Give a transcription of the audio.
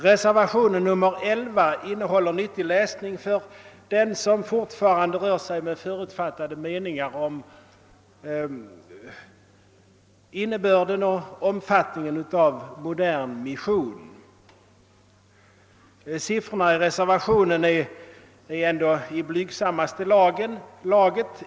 Reservationen 11 till statsutskottets utlåtande nr 84 innehåller en nyttig läsning för dem som fortfarande har förutfattade meningar om innebörden och omfattningen av modern mission. Siffrorna i reservationen är i blygsam maste laget.